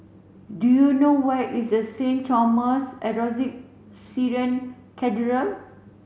do you know where is a Saint Thomas Orthodox Syrian Cathedral